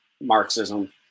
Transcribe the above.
Marxism